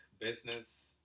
business